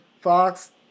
Fox